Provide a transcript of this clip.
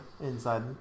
inside